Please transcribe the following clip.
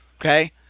Okay